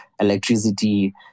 electricity